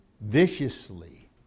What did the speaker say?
viciously